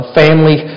family